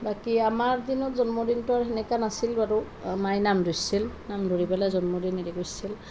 বাকী আমাৰ দিনত জন্মদিনটো আৰু সেনেকুৱা নাছিল বাৰু মায়ে নাম দিছিল নাম ধৰি পেলাই জন্মদিন হেৰি কৰিছিল